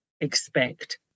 expect